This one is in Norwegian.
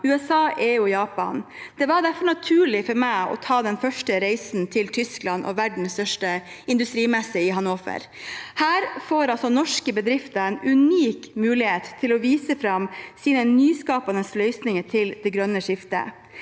USA, EU og Japan. Det var derfor naturlig for meg å ta den første reisen til Tyskland og verdens største industrimesse i Hannover. Der får norske bedrifter en unik mulighet til å vise fram sine nyskapende løsninger til det grønne skiftet.